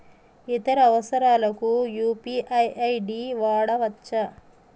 ఇతర అవసరాలకు UPI ID వాడవచ్చా?